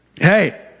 hey